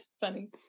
Funny